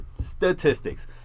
Statistics